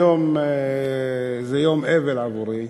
היום זה יום אבל עבורי,